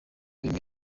bimwe